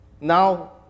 now